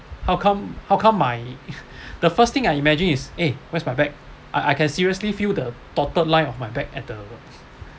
how come how come my the first thing I imagine is eh where's my bag I I can seriously feel the dotted line of my bag at the